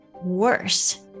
worse